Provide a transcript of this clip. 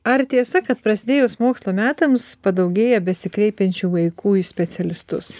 ar tiesa kad prasidėjus mokslo metams padaugėja besikreipiančių vaikų į specialistus